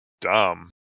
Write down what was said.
dumb